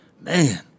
Man